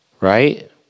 right